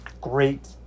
great